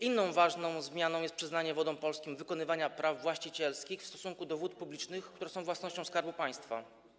Inną ważną zmianą jest przyznanie Wodom Polskim wykonywania praw właścicielskich w stosunku do wód publicznych, które są własnością Skarbu Państwa.